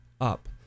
up